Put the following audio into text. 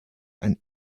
and